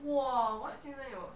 !wah! what since when 有